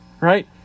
right